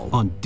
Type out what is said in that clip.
on